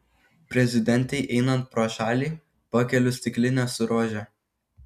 prezidentei einant pro šalį pakeliu stiklinę su rože